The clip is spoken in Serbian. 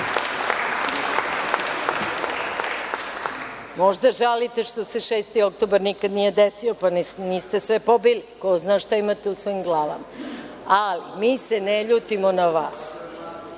žalite što se 6. oktobar nikada nije desio, pa nas niste sve pobili. Ko zna šta imate u svojim glavama? Ali, mi se ne ljutimo na vas,